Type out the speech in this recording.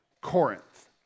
Corinth